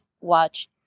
watch